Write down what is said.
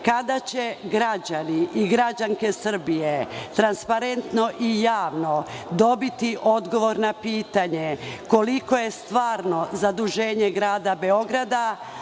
kada će građani i građanke Srbije transparentno i javno dobiti odgovor na pitanje koliko je stvarno zaduženje Grada Beograda